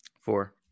Four